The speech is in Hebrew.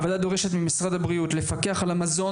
הוועדה דורשת ממשרד הבריאות לפקח על המזון